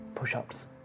Push-ups